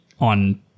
on